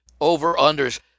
over-unders